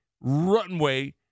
runway